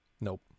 Nope